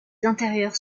intérieurs